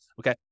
Okay